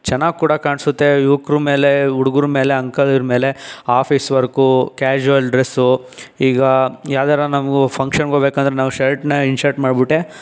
ಚೆನ್ನಾಗಿ ಕೂಡ ಕಾಣಿಸುತ್ತೆ ಯುವಕರ ಮೇಲೆ ಹುಡುಗರ ಮೇಲೆ ಅಂಕಲ್ ಇವರ ಮೇಲೆ ಆಫೀಸ್ ವರ್ಕ್ ಕ್ಯಾಷುವಲ್ ಡ್ರೆಸ್ ಈಗ ಯಾವ್ದಾದ್ರೂ ನಾವು ಫಂಕ್ಷನ್ಗೆ ಹೋಗಬೇಕು ಅಂದರೆ ನಾವು ಶರ್ಟ್ನ ಇನ್ ಶರ್ಟ್ ಮಾಡಿಬಿಟ್ಟೆ